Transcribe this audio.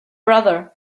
brother